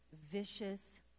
vicious